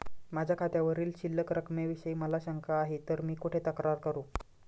माझ्या खात्यावरील शिल्लक रकमेविषयी मला शंका आहे तर मी कुठे तक्रार करू?